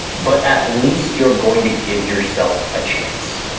but at least you're going to give yourself a chance.